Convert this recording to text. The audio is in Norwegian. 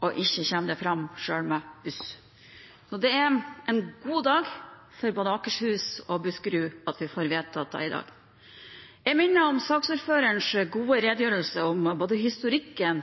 og ikke kommer fram, selv med buss. Så det er en god dag for både Akershus og Buskerud at vi får vedtatt dette i dag. Jeg minner om saksordførerens gode redegjørelse om historikken